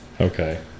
okay